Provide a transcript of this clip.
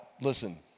listen